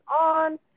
on